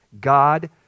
God